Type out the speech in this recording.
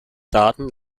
daten